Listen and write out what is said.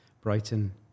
Brighton